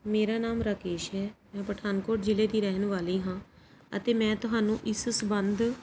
ਮੇਰਾ ਨਾਮ ਰਾਕੇਸ਼ ਹੈ ਮੈਂ ਪਠਾਨਕੋਟ ਜ਼ਿਲ੍ਹੇ ਦੀ ਰਹਿਣ ਵਾਲੀ ਹਾਂ ਅਤੇ ਮੈਂ ਤੁਹਾਨੂੰ ਇਸ ਸਬੰਧ